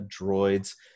droids